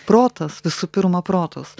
protas visų pirma protas